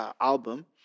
album